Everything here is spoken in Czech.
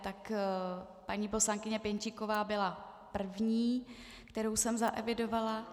Tak paní poslankyně Pěnčíková byla první, kterou jsem zaevidovala.